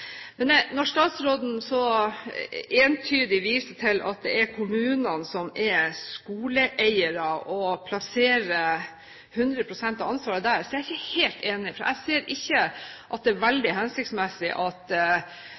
Når statsråden så entydig viser til at det er kommunene som er skoleeiere og plasserer 100 pst. av ansvaret der, er jeg ikke helt enig, for jeg ser ikke at det er veldig hensiktsmessig at